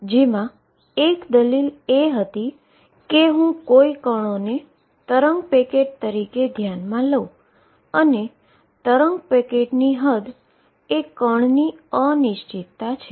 જેમા એક તે હતી કે જો હું કોઈ કણોને વેવ પેકેટ તરીકે ધ્યાનમાં લઉ અને તરંગ પેકેટની હદ એ પાર્ટીકલની સ્થિતિની અનસર્ટેનીટી છે